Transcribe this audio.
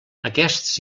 aquests